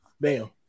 bam